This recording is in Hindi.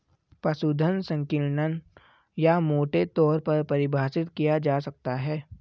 पशुधन संकीर्ण या मोटे तौर पर परिभाषित किया जा सकता है